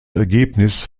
ergebnis